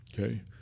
okay